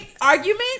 argument